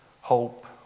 hope